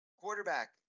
quarterback